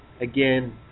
Again